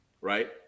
Right